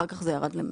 אחר כך זה ירד ל-100.